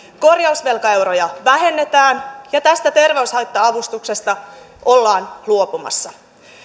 korjausvelkaeuroja vähennetään ja tästä terveyshaitta avustuksesta ollaan luopumassa